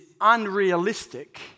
unrealistic